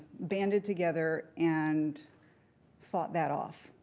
banded together and fought that off.